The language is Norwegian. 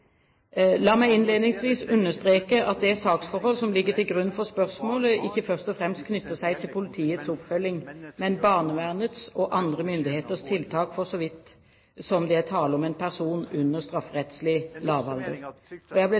La meg innledningsvis understreke at det saksforhold som ligger til grunn for spørsmålet, ikke først og fremst knytter seg til politiets oppfølging, men til barnevernets og andre myndigheters tiltak for så vidt som det er tale om en person under strafferettslig lavalder. Jeg ber derfor om forståelse for at jeg